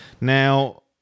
Now